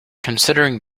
considering